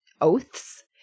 oaths